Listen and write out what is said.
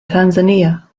tanzania